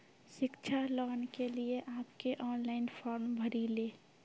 शिक्षा लोन के लिए आप के ऑनलाइन फॉर्म भरी ले?